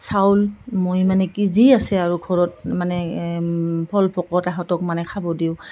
চাউল মই মানে কি যি আছে আৰু ঘৰত মানে ফল ফকত তাহাঁতক মানে খাব দিওঁ